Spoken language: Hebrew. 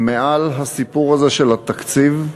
מעל הסיפור הזה של התקציב,